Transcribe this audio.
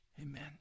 amen